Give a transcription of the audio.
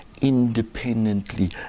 independently